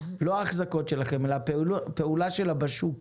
לא האחזקות שלכם אלא הפעולה שלה בשוק,